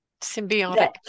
Symbiotic